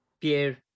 Pierre